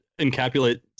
encapsulate